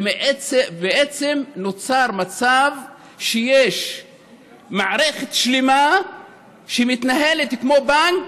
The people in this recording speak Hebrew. ובעצם נוצר מצב שיש מערכת שלמה שמתנהלת כמו בנק,